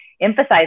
emphasize